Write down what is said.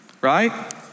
right